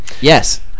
yes